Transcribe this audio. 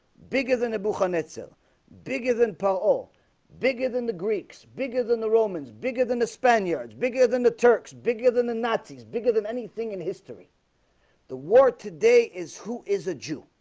bigger than a book on itself bigger than parole bigger than the greeks bigger than the romans bigger than the spaniards bigger than the turks bigger than the nazis bigger than anything in history the war today is who is a jew